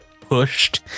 pushed